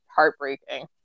heartbreaking